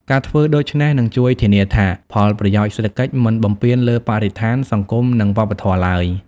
ការធ្វើដូច្នេះនឹងជួយធានាថា ផលប្រយោជន៍សេដ្ឋកិច្ចមិនបំពានលើបរិស្ថាន សង្គម និងវប្បធម៌ឡើយ។